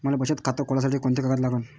मले बचत खातं खोलासाठी कोंते कागद लागन?